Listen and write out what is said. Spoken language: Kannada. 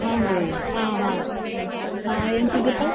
ಹಾಂ ರೀ ಹಾಂ ಹಾಂ ಹಾಂ ಏನು ಸಂದೇಶ